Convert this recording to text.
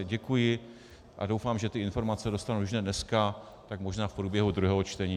Děkuji a doufám, že informace dostanu, když ne dneska, tak možná v průběhu druhého čtení.